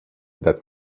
that